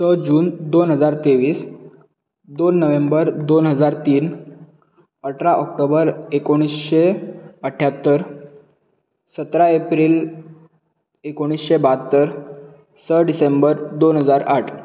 स जून दोन हजार तेवीस दोन नोव्हेंबर दोन हजार तीन अठरा ऑक्टोबर एकुणीशें अठ्यात्तर सतरा एप्रील एकुणीशें ब्यात्तर स डिसेंबर दोन हजार आठ